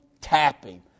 tapping